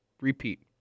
Repeat